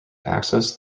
access